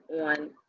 on